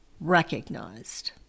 recognized